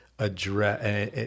address